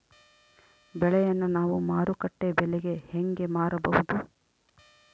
ಬೆಳೆಯನ್ನ ನಾವು ಮಾರುಕಟ್ಟೆ ಬೆಲೆಗೆ ಹೆಂಗೆ ಮಾರಬಹುದು?